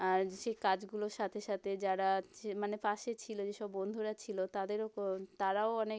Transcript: আর সে কাজগুলোর সাথে সাতে যারা আচে মানে পাশে ছিলো যেসব বন্ধুরা ছিলো তাদেরও কো তারাও অনেক